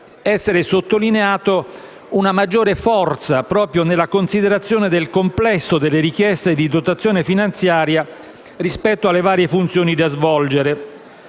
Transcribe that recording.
essere sottolineata una maggiore forza proprio nella considerazione del complesso delle richieste di dotazione finanziaria, rispetto alle varie funzioni da svolgere.